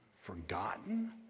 forgotten